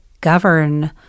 govern